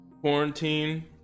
quarantine